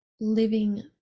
living